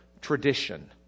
tradition